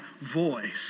voice